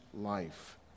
life